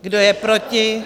Kdo je proti?